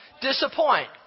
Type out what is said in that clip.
disappoint